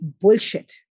bullshit